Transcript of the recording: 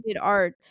art